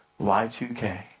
Y2K